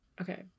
Okay